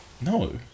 No